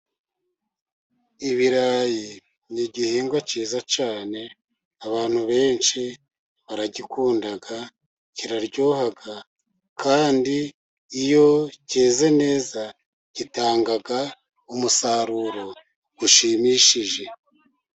Ibirayi ni igihingwa cyiza cyane abantu benshi baragikunda, kiraryoha kandi iyo keze neza gitanga umusaruro ushimishije.